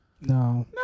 no